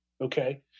Okay